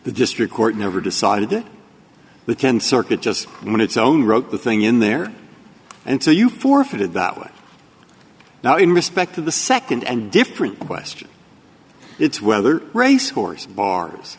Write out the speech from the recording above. the district court never decided the can sort it just when its own wrote the thing in there and so you forfeited that way now in respect to the second and different question it's whether race horse bars